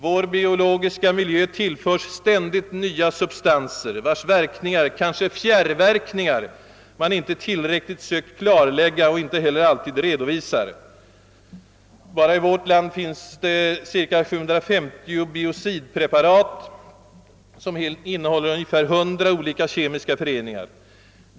Vår biologiska miljö tillföres ständigt nya substanser, vilkas verkningar, kanske fjärrverkningar, man inte tillräckligt sökt klarlägga och inte heller alltid redovisar. Bara i vårt land finns cirka 750 biocidpreparat, som innehåller ungefär 100 olika kemiska föreningar.